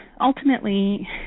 ultimately